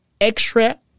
extra